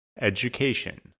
Education